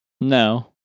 No